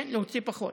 כן, להוציא פחות.